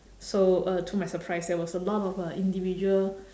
so uh to my surprise there was a lot of uh individual